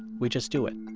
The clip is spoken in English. we just do it.